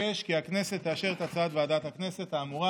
אבקש כי הכנסת תאשר את הצעת ועדת הכנסת האמורה.